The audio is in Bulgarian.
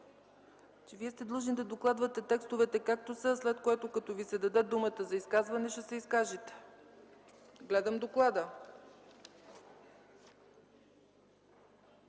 Вие сте длъжни да докладвате текстовете както са, а след като Ви се даде думата за изказване, ще се изкажете. Гледам доклада.